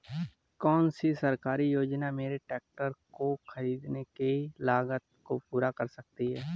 कौन सी सरकारी योजना मेरे ट्रैक्टर को ख़रीदने की लागत को पूरा कर सकती है?